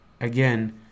Again